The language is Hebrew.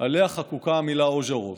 שעליה חקוקה המילה "אוז'רוב"